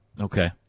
Okay